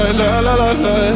la-la-la-la